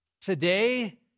today